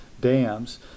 dams